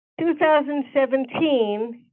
2017